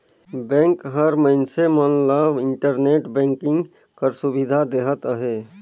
bank हर मइनसे मन ल इंटरनेट बैंकिंग कर सुबिधा देहत अहे